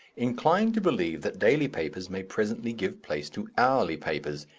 incline to believe that daily papers may presently give place to hourly papers,